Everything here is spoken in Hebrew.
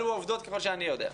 אלו העובדות, ככל שאני יודע.